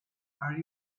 are